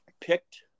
picked